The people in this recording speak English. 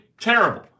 terrible